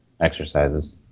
exercises